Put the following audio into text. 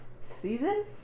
season